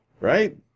right